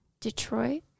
Detroit